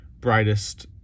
brightest